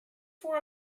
for